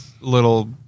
little